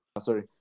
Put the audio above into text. Sorry